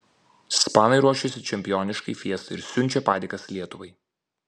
ispanai ruošiasi čempioniškai fiestai ir siunčia padėkas lietuvai